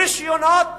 רשיונות